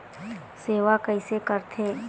सेवा कइसे करथे?